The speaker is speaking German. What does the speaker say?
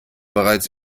bereits